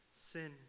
sin